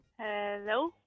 Hello